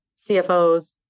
CFOs